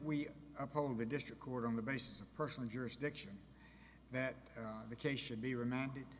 we uphold the district court on the basis of personal jurisdiction that the case should be remanded